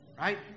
right